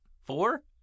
four